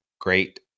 great